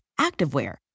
activewear